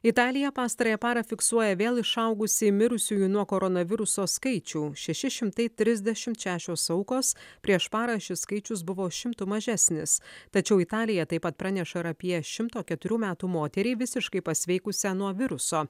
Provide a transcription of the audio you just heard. italija pastarąją parą fiksuoja vėl išaugusį mirusiųjų nuo koronaviruso skaičių šeši šimtai trisdešimt šešios aukos prieš parą šis skaičius buvo šimtu mažesnis tačiau italija taip pat praneša ir apie šimto keturių metų moterį visiškai pasveikusią nuo viruso